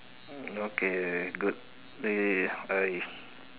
okay good eh I